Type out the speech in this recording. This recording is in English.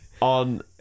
On